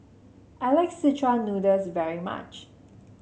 I like Szechuan Noodles very much